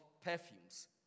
perfumes